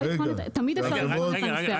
תמיד אפשר לבחון את הנושא.